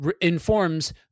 informs